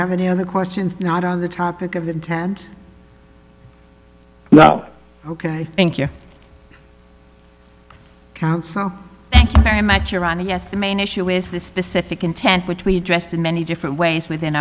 have any other questions not on the topic of intent well ok thank you counsel thank you very much irani yes the main issue is the specific intent which we addressed in many different ways within